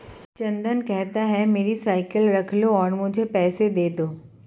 चंदन कहता है, मेरी साइकिल रख लो और मुझे पैसे दे दो